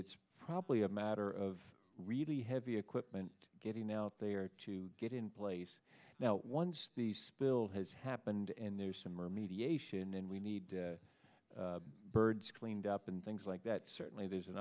it's probably a matter of really heavy equipment getting out there to get in place now once the spill has happened and there's some remediation and we need birds cleaned up and things like that certainly there's an